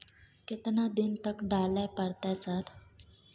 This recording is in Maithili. केतना दिन तक डालय परतै सर?